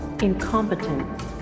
Incompetent